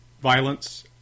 violence